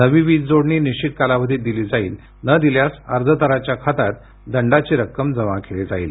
नवी वीज जोडणी निश्वित कालावधीत दिली जाईल न दिल्यास अर्जदाराच्या खात्यात दंडाची रक्कम जमा केली जाईल